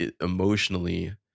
emotionally